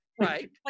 Right